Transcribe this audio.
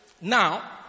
Now